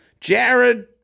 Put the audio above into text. Jared